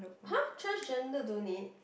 !huh! transgender don't need